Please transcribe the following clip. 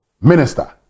minister